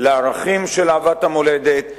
לערכים של אהבת המולדת.